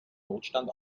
notstand